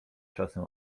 czasem